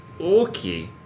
Okay